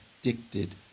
addicted